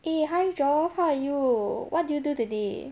eh hi joff how are you what do you do today